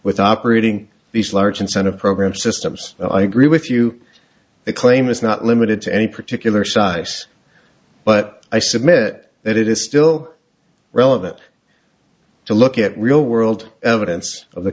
with operating these large incentive program systems i agree with you the claim is not limited to any particular size but i submit that it is still relevant to look at real world evidence of the